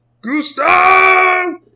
Gustav